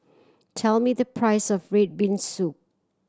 tell me the price of red bean soup